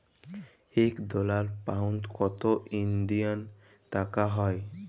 ইক dollar, pound কত ইলডিয়াল টাকা হ্যয়